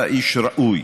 אתה איש ראוי.